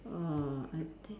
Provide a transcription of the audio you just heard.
oh I think